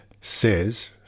says